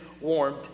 warmed